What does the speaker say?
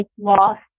lost